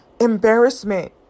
Embarrassment